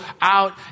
out